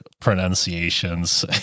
pronunciations